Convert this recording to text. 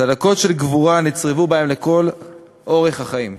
צלקות של גבורה נצרבו בהם לכל אורך החיים.